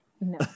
no